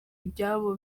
ibyabo